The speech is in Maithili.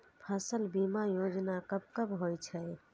फसल बीमा योजना कब कब होय छै?